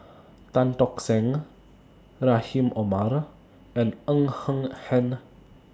Tan Tock Seng Rahim Omar and Ng Eng Hen